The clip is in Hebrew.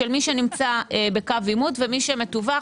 מי נמצא בקו עימות ומי שמטווח.